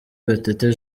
gatete